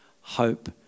hope